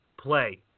play